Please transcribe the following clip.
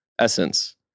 Essence